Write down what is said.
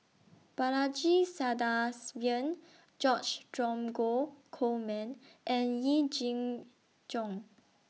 Balaji Sadasivan George Dromgold Coleman and Yee Jenn Jong